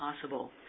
possible